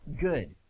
good